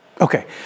Okay